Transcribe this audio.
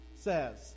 says